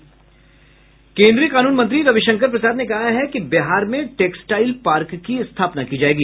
केंद्रीय कानून मंत्री रविशंकर प्रसाद ने कहा है कि बिहार में टेक्सटाइल पार्क की स्थापना की जायेगी